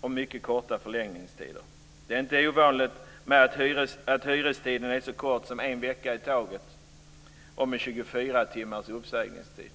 och mycket korta förlängningstider. Det är inte ovanligt att hyrestiden är så kort som en vecka i taget och att det är 24 timmars uppsägningstid.